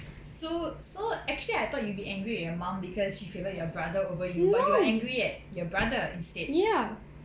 so so actually I thought you will be angry with your mom because she favours your brother over you but you were angry at your brother instead